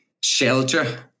shelter